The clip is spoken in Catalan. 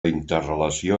interrelació